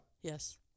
Yes